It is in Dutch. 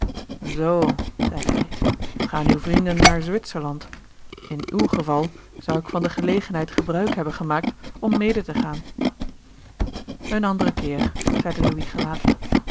zoo zeide hij gaan uw vrienden naar zwitserland in uw geval zou ik van de gelegenheid gebruik hebben gemaakt om mede te gaan een anderen keer zeide louis gelaten